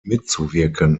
mitzuwirken